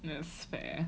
that's fair